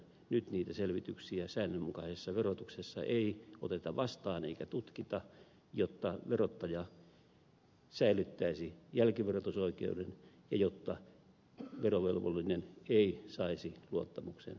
nyt niitä selvityksiä säännönmukaisessa verotuksessa ei oteta vastaan eikä tutkita jotta verottaja säilyttäisi jälkiverotusoikeuden ja jotta verovelvollinen ei saisi luottamuksensuojaa